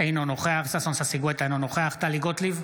אינו נוכח ששון ששי גואטה, אינו נוכח טלי גוטליב,